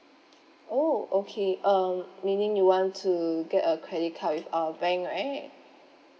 oh okay uh meaning you want to get a credit card with our bank right